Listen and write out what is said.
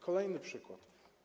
Kolejny przykład.